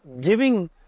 giving